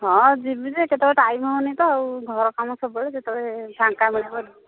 ହଁ ଯିବି ଯେ କେତେବେଳେ ଟାଇମ୍ ହଉନି ତ ଆଉ ଘର କାମ ସବୁବେଳେ ଯେତେବେଳେ ଫାଙ୍କା ମିଳିବ